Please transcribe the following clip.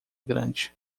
grande